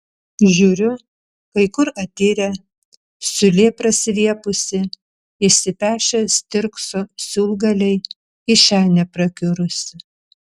žiūriu kai kur atirę siūlė prasiviepusi išsipešę stirkso siūlgaliai kišenė prakiurusi